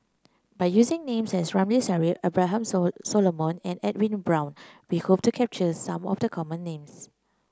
by using names such as Ramli Sarip Abraham so Solomon and Edwin Brown we hope to capture some of the common names